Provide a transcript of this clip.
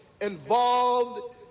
involved